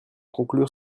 conclure